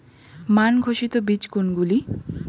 মান ঘোষিত বীজ কোনগুলি?